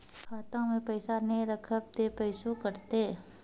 खाता मे पैसा ने रखब ते पैसों कटते?